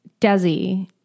Desi